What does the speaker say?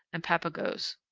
and papagos.